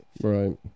Right